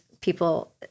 people